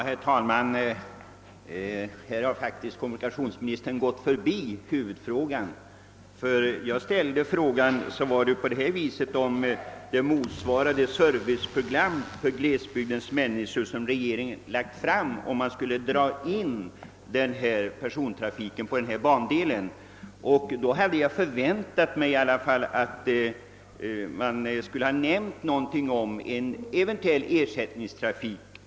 Herr talman! Kommunikationsministern har faktiskt gått förbi huvudfrågan. Den fråga jag ställde avsåg huruvida indragningen av persontrafiken på den aktuella bandelen motsvarade de serviceprogram för glesbygdens människor som regeringen lagt fram. Jag hade därför förväntat mig att statsrådet på detta stadium i alla fall för att lugna befolkningen i trakten skulle nämna något om en eventuell ersättningstrafik.